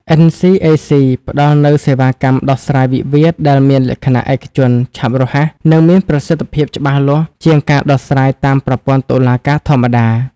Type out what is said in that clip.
NCAC ផ្ដល់នូវសេវាកម្មដោះស្រាយវិវាទដែលមានលក្ខណៈឯកជន ឆាប់រហ័ស និងមានប្រសិទ្ធភាពច្បាស់លាស់ជាងការដោះស្រាយតាមប្រព័ន្ធតុលាការធម្មតា។